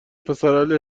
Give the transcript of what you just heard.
پسراهل